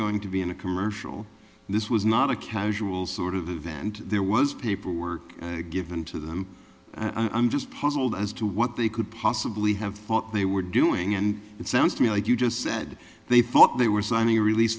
going to be in a commercial this was not a casual sort of event there was paperwork given to them i'm just puzzled as to what they could possibly have thought they were doing and it sounds to me like you just said they thought they were signing a release